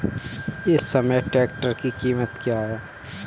इस समय ट्रैक्टर की कीमत क्या है?